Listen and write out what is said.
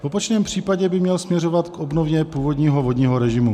V opačném případě by měl směřovat k obnově původního vodního režimu.